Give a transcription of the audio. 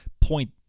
point